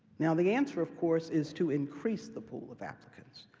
now, the answer, of course, is to increase the pool of applicants,